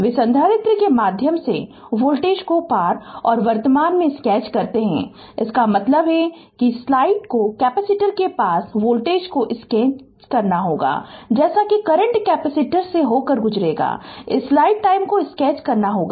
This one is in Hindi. वे संधारित्र के माध्यम से वोल्टेज को पार और वर्तमान में स्केच करते हैं इसका मतलब है कि स्लाइड टाइम को कैपेसिटर के पार वोल्टेज को स्केच करना होगा जैसे ही करंट कैपेसिटर से होकर गुजरेगा इस स्लाइड टाइम को स्केच करना होगा